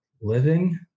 living